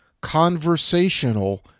conversational